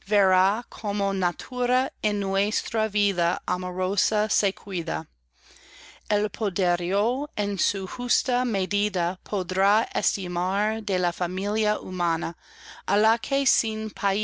como natura en nuestra vida amorosa se cuida el poderío en su justa medida podrá estimar de la familia humana á la que